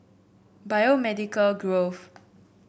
Biomedical Grove